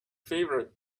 favorite